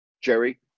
Jerry